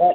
sir